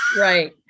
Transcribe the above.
Right